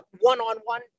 one-on-one